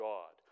God